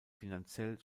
finanziell